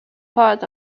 part